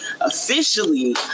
officially